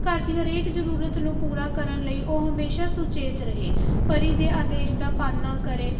ਘਰ ਦੀ ਹਰੇਕ ਜ਼ਰੂਰਤ ਨੂੰ ਪੂਰਾ ਕਰਨ ਲਈ ਉਹ ਹਮੇਸ਼ਾ ਸੁਚੇਤ ਰਹੇ ਪਤੀ ਦੇ ਆਦੇਸ਼ ਦਾ ਪਾਲਣਾ ਕਰੇ